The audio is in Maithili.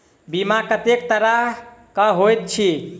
बीमा कत्तेक तरह कऽ होइत छी?